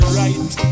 right